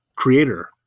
Creator